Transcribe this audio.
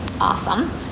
Awesome